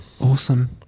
Awesome